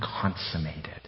consummated